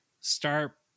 start